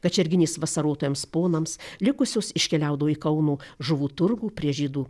kačerginės vasarotojams ponams likusios iškeliaudavo į kauno žuvų turgų prie žydų